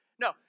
No